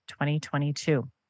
2022